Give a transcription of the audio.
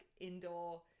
indoor